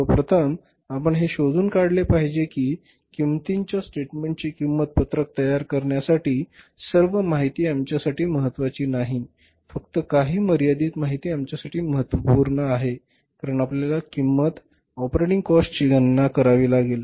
सर्वप्रथम आपण हे शोधून काढले पाहिजे की किंमतीच्या स्टेटमेंटची किंमत पत्रक तयार करण्यासाठी सर्व माहिती आमच्यासाठी महत्त्वाची नाही फक्त काही मर्यादित माहिती आमच्यासाठी महत्त्वपूर्ण आहे कारण आपल्याला किंमत ऑपरेटिंग कॉस्टची गणना करावी लागेल